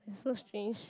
is so strange